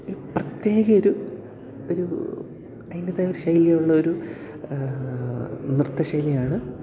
പ്രത്യേക ഒരു ഒരു അതിന്റെതായ ഒരു ശൈലി ഉള്ളൊരു നൃത്ത ശൈലിയാണ്